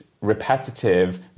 repetitive